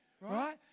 Right